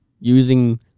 using